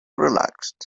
relaxed